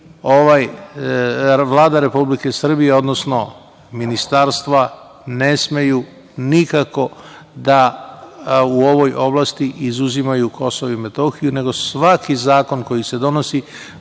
i Vlada Republike Srbije, odnosno ministarstva ne smeju nikako da u ovoj oblasti izuzimaju Kosovo i Metohiju, nego svaki zakon koji se donosi